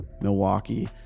milwaukee